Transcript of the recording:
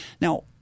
Now